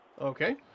Okay